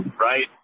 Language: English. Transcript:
right